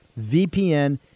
VPN